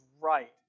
right